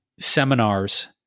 seminars